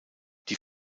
die